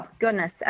goodness